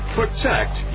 protect